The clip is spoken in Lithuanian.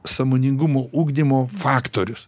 sąmoningumo ugdymo faktorius